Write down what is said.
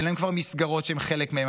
כבר אין להם מסגרות שהם חלק מהן,